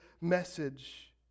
message